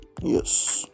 yes